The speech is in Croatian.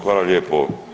Hvala lijepo.